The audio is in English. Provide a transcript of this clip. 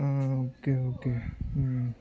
okay okay